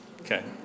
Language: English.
okay